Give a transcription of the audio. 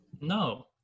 no